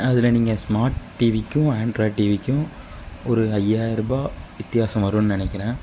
அதில் நீங்கள் ஸ்மார்ட் டிவிக்கும் ஆண்ட்ராய்டு டிவிக்கும் ஒரு ஐயாயிருபா வித்தியாசம் வரும்னு நினைக்குறேன்